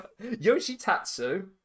Yoshitatsu